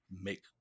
make